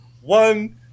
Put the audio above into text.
One